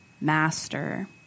Master